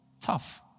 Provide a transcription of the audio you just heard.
Tough